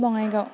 Bongaigaon